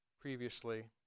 previously